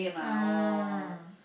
ah